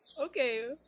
Okay